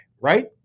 right